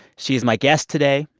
she is my guest today.